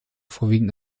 vorwiegend